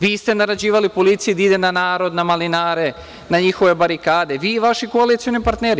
Vi ste naređivali policiji da ide na narod, na malinare, na njihove barikade, vi i vaši koalicioni partneri.